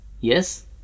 Yes